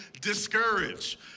discouraged